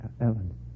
Ellen